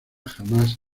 jamás